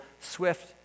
swift